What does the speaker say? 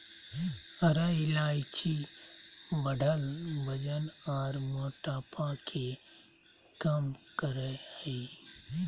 हरा इलायची बढ़ल वजन आर मोटापा के कम करई हई